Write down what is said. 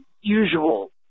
usual